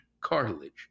cartilage